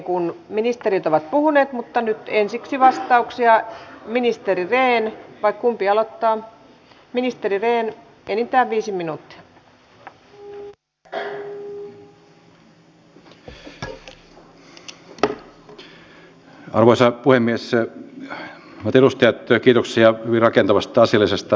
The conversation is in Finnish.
nyt täytyy kyllä korjata että ei täällä kukaan meistä ole historiatonta leikkinyt eikä esittänyt vaan nimenomaan tunnustetaan se tosiasia että maa on vaikeassa tilanteessa